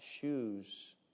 shoes